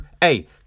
hey